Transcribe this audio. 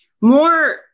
more